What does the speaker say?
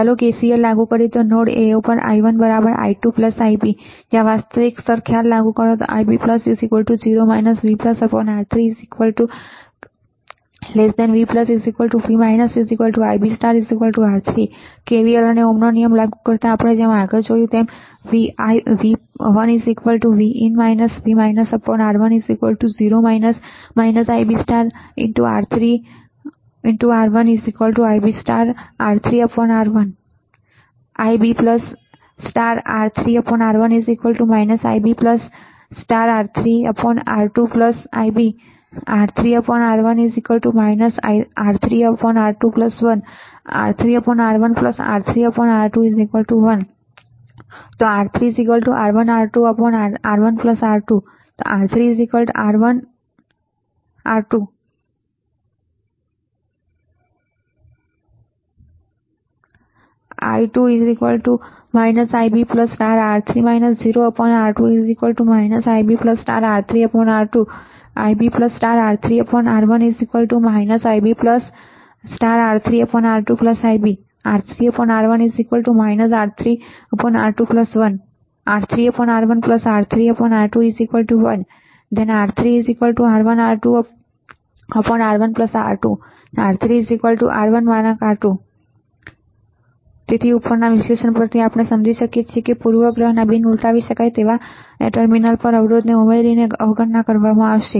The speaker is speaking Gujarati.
ચાલો KCL લાગુ કરીએ નોડ A પર I1 I2Ib જ્યાં વાસ્તવિક સ્તર ખ્યાલ લાગુ કરો Ib0 vR3 v v Ib R3 KVL અને ઓહ્મનો નિયમ લાગુ કરતા I1 Vin V R1 0 Ib R3 R1 Ib R3R1 Ib R3R1 Ib R3R2 Ib R3R1 R3R2 1 R3R1R3R21 R3 R1R2R1R2 R3 R1||R2 I2 Ib R3 0R2 Ib R3R2 Ib R3R1 Ib R3R2 Ib R3R1 R3R2 1 R3R1R3R21 R3 R1R2R1R2 R3 R1||R2 તેથી ઉપરના વિશ્લેષણ પરથી આપણે સમજી શકીએ છીએ કે પૂર્વગ્રહના બિન ઉલટાવી રહેલા ટર્મિનલ પર અવરોધ ઉમેરીને અવગણવામાં આવશે